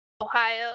Ohio